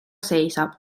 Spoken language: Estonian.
seisab